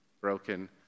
broken